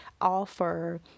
offer